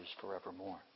forevermore